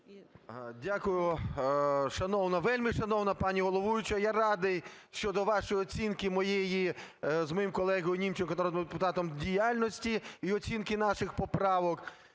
Дякую. Шановна, вельмишановна пані головуюча, я радий щодо вашої оцінки моєї з моїм колегою Німченком, народним депутатом, діяльності і оцінки наших поправок.